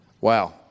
Wow